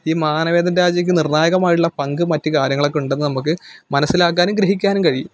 ഈ മാനവേദൻ രാജയ്ക്ക് നിര്ണ്ണായകമായിട്ടുള്ള പങ്കും മറ്റ് കാര്യങ്ങളൊക്കെ ഉണ്ടെന്ന് നമുക്ക് മനസ്സിലാക്കാനും ഗ്രഹിക്കാനും കഴിയും